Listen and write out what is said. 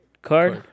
Card